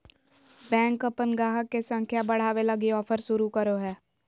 bank अपन गाहक के संख्या बढ़ावे लगी ऑफर शुरू करो हय